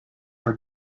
her